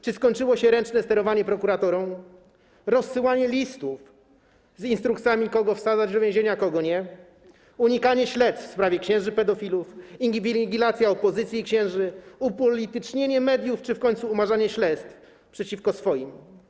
Czy skończyło się ręczne sterowanie prokuraturą, rozsyłanie listów z instrukcjami, kogo wsadzać do więzienia, kogo nie, unikanie śledztw w sprawie księży pedofilów, inwigilacja opozycji i księży, upolitycznienie mediów czy w końcu umarzanie śledztw przeciwko swoim?